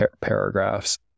paragraphs